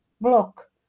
block